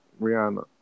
Rihanna